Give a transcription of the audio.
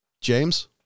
James